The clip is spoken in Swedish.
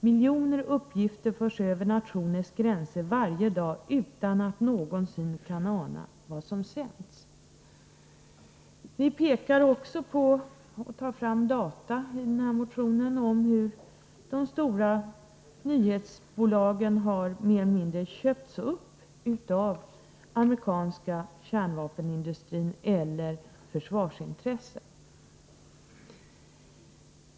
Miljoner uppgifter förs över nationernas gränser varje dag utan att någon någonsin kan ana vad som sänds.” Vi tar i denna motion också upp datafrågor, som gäller hur de stora nyhetsbolagen mer eller mindre har köpts upp av amerikanska kärnvapenindustrin eller försvarsintressen.